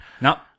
No